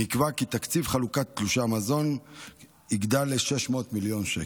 נקבע כי תקציב חלוקת תלושי המזון יגדל ל-600 מיליון שקל,